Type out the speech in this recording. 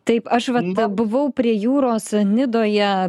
taip aš va ta buvau prie jūros nidoje